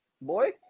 Boy